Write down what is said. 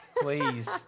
Please